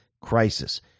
crisis